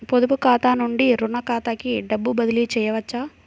పొదుపు ఖాతా నుండీ, రుణ ఖాతాకి డబ్బు బదిలీ చేయవచ్చా?